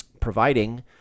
providing